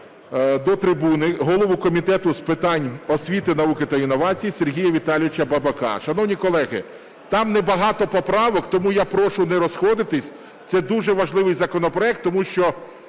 до трибуни голову Комітету з питань освіти, науки та інновацій Сергія Віталійовича Бабака. Шановні колеги, там небагато поправок, тому я прошу не розходитись. Це дуже важливий законопроект, тому що